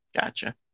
Gotcha